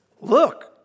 look